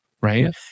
right